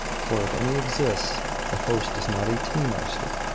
for if any exists the host is not a tea-master.